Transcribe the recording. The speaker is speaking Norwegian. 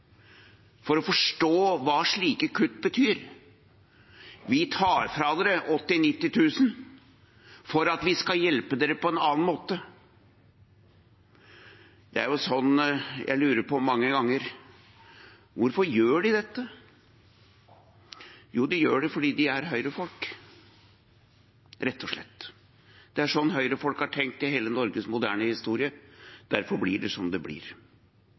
for å forstå hva slike kutt betyr. Vi tar fra dere 80 000–90 000 kr for at vi skal hjelpe dere på en annen måte. Det er sånn at jeg mange ganger lurer på hvorfor de gjør dette. Jo, de gjør det fordi de er Høyre-folk, rett og slett. Det er sånn Høyre-folk har tenkt i hele Norges moderne historie, derfor blir det som det blir.